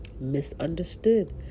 misunderstood